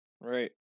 Right